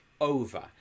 over